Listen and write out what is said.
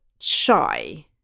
shy